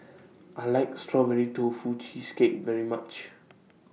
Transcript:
I like Strawberry Tofu Cheesecake very much